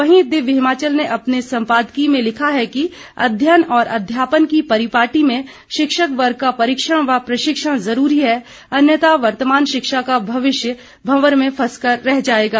वहीं दिव्य हिमाचल ने अपने सम्पादकीय में लिखा है कि अध्ययन और अध्यापन की परिपाटी में शिक्षक वर्ग का परीक्षण व प्रशिक्षण जरूरी है अन्यथा वर्तमान शिक्षा का भविष्य भंवर में फंस कर रह जाएगा